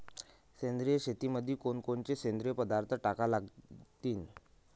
सेंद्रिय शेतीमंदी कोनकोनचे सेंद्रिय पदार्थ टाका लागतीन?